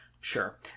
Sure